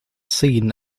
seen